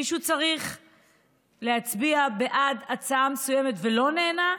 מישהו צריך להצביע בעד הצעה מסוימת ולא נענה,